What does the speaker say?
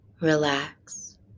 relax